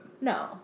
No